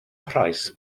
price